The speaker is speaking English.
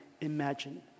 imagine